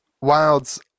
Wilds